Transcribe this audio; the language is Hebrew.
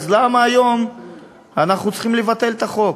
אז למה היום אנחנו צריכים לבטל את החוק?